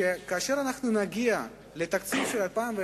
שכאשר נגיע לתקציב של 2011,